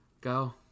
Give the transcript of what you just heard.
Go